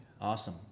Awesome